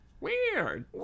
Weird